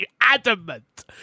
Adamant